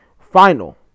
final